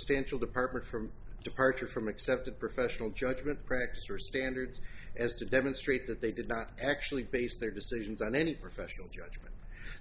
substantial department from departure from accepted professional judgment practice or standards as to demonstrate that they did not actually base their decisions on any professional judgment